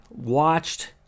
watched